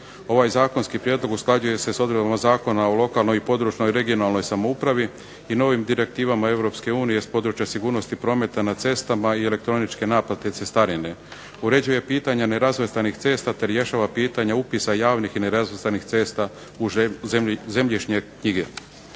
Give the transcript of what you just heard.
Ovaj zakonski prijedlog usklađuje se s odredbama Zakona o lokalne i područne (regionalne) samoupravi i novim direktivama EU s područja sigurnosti prometa na cestama i elektroničke naplate cestarine, uređuje pitanja nerazvrstanih cesta te rješava pitanje upisa javnih i nerazvrstanih cesta u zemljišne knjige.